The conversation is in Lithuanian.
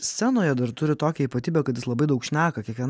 scenoje dar turi tokią ypatybę kad jis labai daug šneka